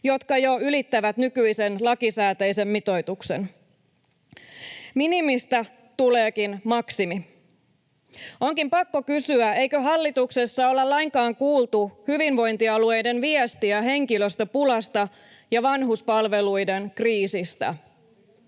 jotka jo ylittävät nykyisen lakisääteisen mitoituksen, minimistä tuleekin maksimi. Onkin pakko kysyä, eikö hallituksessa olla lainkaan kuultu hyvinvointialueiden viestiä henkilöstöpulasta ja vanhuspalveluiden kriisistä?